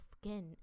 skin